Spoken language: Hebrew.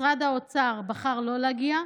משרד האוצר בחר לא להגיע,